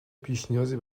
پیشنیازی